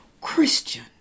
Christian